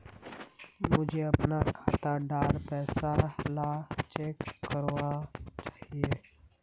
मुई अपना खाता डार पैसा ला चेक करवा चाहची?